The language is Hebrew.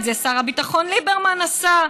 את זה שר הביטחון ליברמן עשה.